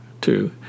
two